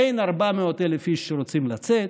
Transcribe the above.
אין 400,000 איש שרוצים לצאת,